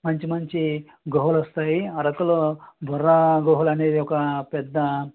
మంచి మంచి గుహలు వస్తాయి అరకులో బొర్రా గుహలు అనేది ఒక పెద్ద